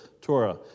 Torah